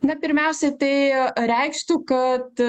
na pirmiausia tai reikštų kad